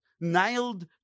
nailed